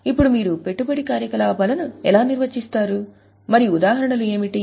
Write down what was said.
ఇప్పుడు మీరు పెట్టుబడి కార్యకలాపాలను ఎలా నిర్వచిస్తారు మరియు ఉదాహరణలు ఏమిటి